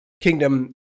kingdom